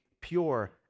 pure